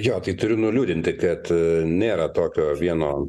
jo tai turiu nuliūdinti kad nėra tokio vieno